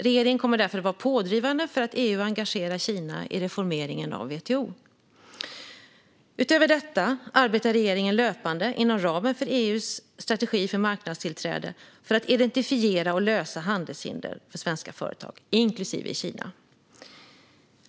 Regeringen kommer därför att vara pådrivande för att EU engagerar Kina i reformeringen av WTO. Utöver detta arbetar regeringen löpande, inom ramen för EU:s strategi för marknadstillträde, för att identifiera och lösa handelshinder för svenska företag, inklusive i Kina.